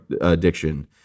addiction